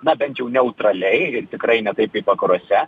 na bent jau neutraliai ir tikrai ne taip kaip vakaruose